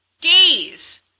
days